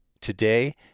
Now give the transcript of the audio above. Today